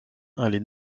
allait